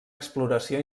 exploració